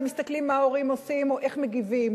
ומסתכלים מה ההורים עושים או איך הם מגיבים,